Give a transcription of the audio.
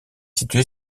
situé